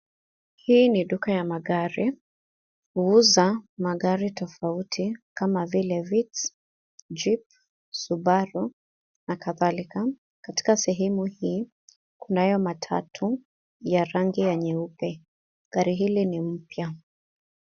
Hii ni duka ya magari. Huuza magari tofauti kama vile Vitz, Jeep, Subaru na kadhalika. Katika sehemu hii, kunayo matatu ya rangi ya nyeupe. Gari hili ni mpya.